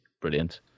brilliant